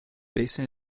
basin